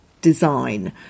design